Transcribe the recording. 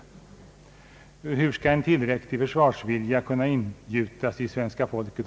Hur skall under sådana förhållanden en tillräcklig försvarsvilja kunna ingjutas hos svenska folket?